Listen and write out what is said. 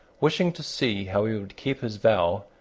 wishing to see how he would keep his vow,